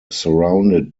surrounded